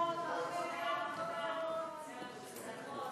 ההצעה להעביר את הצעת חוק